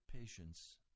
patience